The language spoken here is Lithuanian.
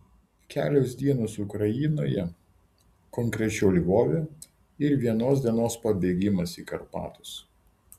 kelios dienos ukrainoje konkrečiau lvove ir vienos dienos pabėgimas į karpatus